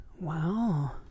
Wow